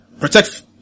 Protect